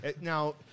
Now